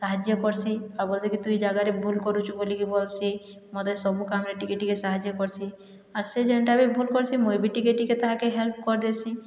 ସାହାଯ୍ୟ କର୍ସି ଆଉ ବୋଲ ଚେ ତୁ ଏହି ଜାଗାରେ ଭୁଲ କରୁଛୁ ବୋଲିକି ବୋଲ ସି ମୋତେ ସବୁ କାମରେ ଟିକେ ଟିକେ ସାହାଯ୍ୟ କର୍ସି ଆର୍ ସେ ଯେନ୍ଟା ବି ଭୁଲ କର୍ସି ମୁଇଁ ବି ଟିକେ ଟିକେ ତାହାକେ ହେଲ୍ପ କର୍ଦେସି